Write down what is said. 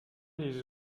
les